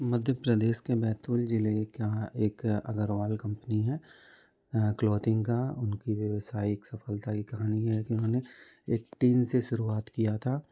मध्य प्रदेश के बैतूल ज़िले का एक अगरवाल कम्पनी है क्लोथिंग का उनकी व्यावसायिक सफलता की कहानी है कि उन्होंने एक टीन से शुरुआत किया था